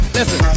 Listen